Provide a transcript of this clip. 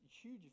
huge